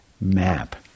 map